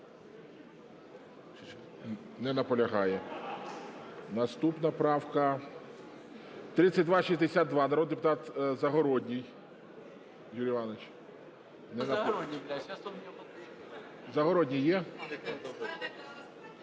Не наполягає. Наступна правка 3262, народний депутат Загородній Юрій Іванович. Загородній є?